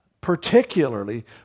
Particularly